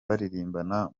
baririmbana